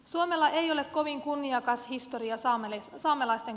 suomella ei ole kovin kunniakas historia saamelaisten kohtelussa